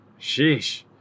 Sheesh